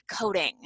coding